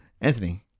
Anthony